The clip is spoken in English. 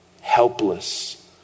helpless